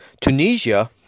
Tunisia